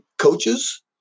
coaches